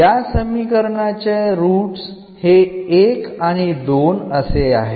ഇവിടെ റൂട്ടുകൾ 1 ഉം 2 ഉം ആണ്